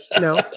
No